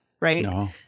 Right